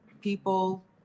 people